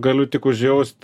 galiu tik užjaust